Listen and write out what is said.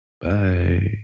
Bye